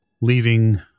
leaving